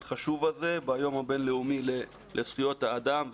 חשוב הזה ביום הבין-לאומי לזכויות האדם,